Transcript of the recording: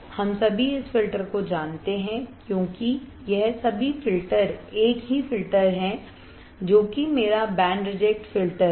हम सभी इस फिल्टर को जानते हैं क्योंकि यह सभी फिल्टर एक ही फिल्टर है जो कि मेरा बैंड रिजेक्ट फिल्टर है